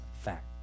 fact